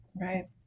Right